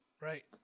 Right